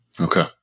Okay